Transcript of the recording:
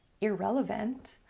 irrelevant